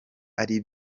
ari